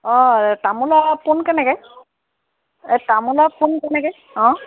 অঁ তামোলৰ পোণ কেনেকৈ তামোলৰ পোণ কেনেকৈ অঁ